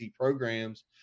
programs